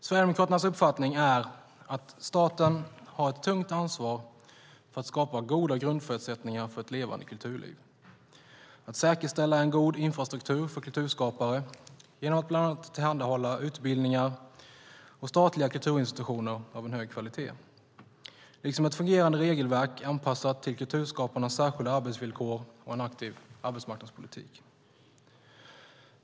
Sverigedemokraternas uppfattning är att staten har ett tungt ansvar för att skapa goda grundförutsättningar för ett levande kulturliv, säkerställa en god infrastruktur för kulturskapare genom att bland annat tillhandahålla utbildningar och statliga kulturinstitutioner av hög kvalitet liksom ett fungerande regelverk anpassat till kulturskaparnas särskilda arbetsvillkor och en aktiv arbetsmarknadspolitik.